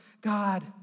God